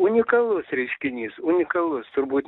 unikalus reiškinys unikalus turbūt